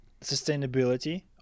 sustainability